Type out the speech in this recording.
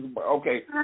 okay